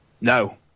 No